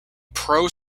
pro